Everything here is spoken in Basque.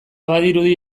badirudi